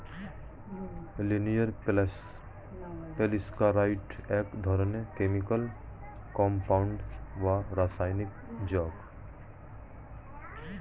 linear polysaccharide এক ধরনের chemical compound বা রাসায়নিক যৌগ